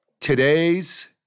today's